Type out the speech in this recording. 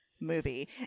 movie